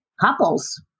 couples